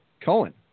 Cohen